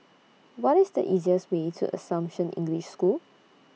What IS The easiest Way to Assumption English School